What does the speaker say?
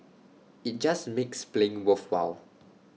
IT just makes playing worthwhile